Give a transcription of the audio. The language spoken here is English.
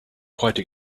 quite